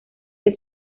que